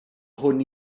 hwn